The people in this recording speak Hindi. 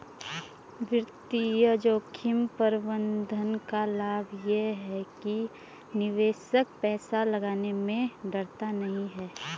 वित्तीय जोखिम प्रबंधन का लाभ ये है कि निवेशक पैसा लगाने में डरता नहीं है